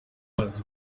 mazi